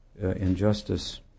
injustice